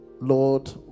Lord